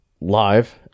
live